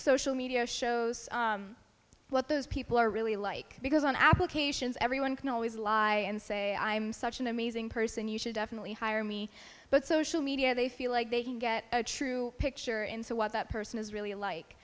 social media shows what those people are really like because on applications everyone can always lie and say i am such an amazing person you should definitely hire me but social media they feel like they can get a true picture in so what that person is really like